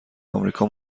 امریکا